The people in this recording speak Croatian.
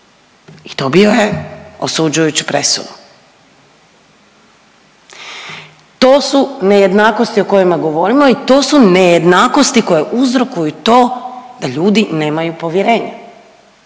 i dobio je osuđujuću presudu. To su nejednakosti o kojima govorimo i to su nejednakosti koje uzrokuju to da ljudi nemaju povjerenja.